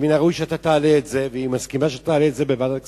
שמן הראוי שאתה תעלה את זה והיא מסכימה שתעלה את זה בוועדת הכספים,